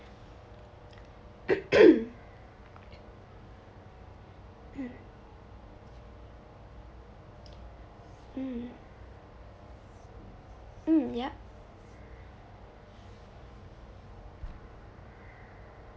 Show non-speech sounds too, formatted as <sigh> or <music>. <coughs> mm mm yup